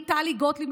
טלי גוטליב,